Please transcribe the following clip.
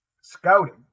scouting